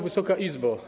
Wysoka Izbo!